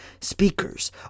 speakers